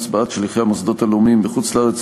62) (הצבעת שליחי המוסדות הלאומיים בחוץ-לארץ),